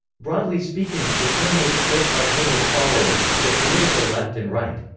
broadly speaking, the term was split, like hegel's followers, to the political left and right.